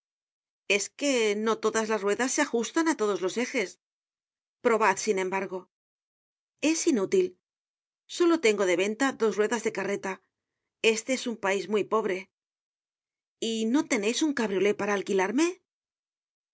es que no todas las ruedas se ajustan á todos los ejes probad sin embargo es inútil solo tengo de venta dos ruedas de carreta este es un pais muy pobre y no teneis un cabriolé que alquilarme